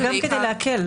זה גם כדי להקל.